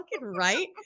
right